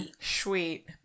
Sweet